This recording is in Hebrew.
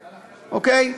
אוקיי?